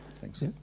Thanks